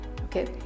Okay